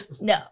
No